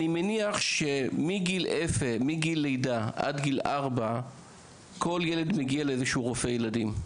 אני מעריך שמגיל לידה עד גיל ארבע כל ילד מגיע לאיזשהו רופא ילדים.